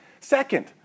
Second